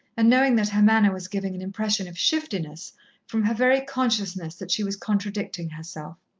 and knowing that her manner was giving an impression of shiftiness from her very consciousness that she was contradicting herself.